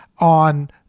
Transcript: on